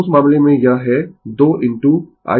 तो उस मामले में यह है 2 इनटू i ∞ 6